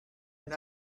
and